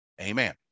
Amen